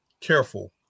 careful